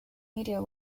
media